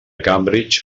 cambridge